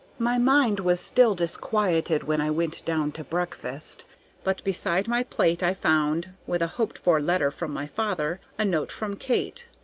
my mind was still disquieted when i went down to breakfast but beside my plate i found, with a hoped-for letter from my father, a note from kate.